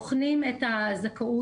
בוחנים את הזכאות.